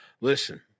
Listen